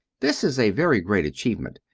this is a very great achievement,